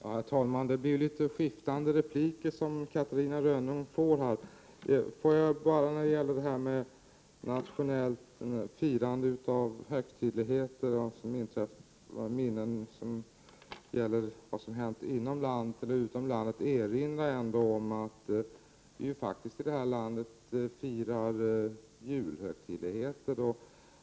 Herr talman! Catarina Rönnung får litet skiftande repliker här. När det gäller detta med firande av minnen av händelser som har inträffat inom resp. utom landet vill jag erinra om att vi här i landet faktiskt firar julhögtiden.